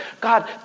God